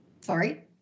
sorry